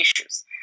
issues